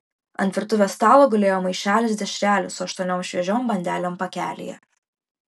ant virtuvės stalo gulėjo maišelis dešrelių su aštuoniom šviežiom bandelėm pakelyje